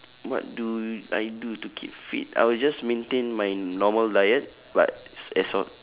what do I do to keep fit I will just maintain my normal diet but as as of